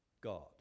God